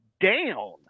down